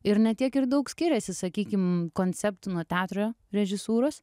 ir ne tiek ir daug skiriasi sakykim konceptų nuo teatro režisūros